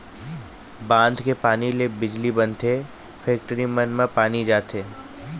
बांध के पानी ले बिजली बनथे, फेकटरी मन म पानी जाथे